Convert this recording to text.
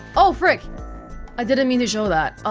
oh, frick i didn't mean to show that. um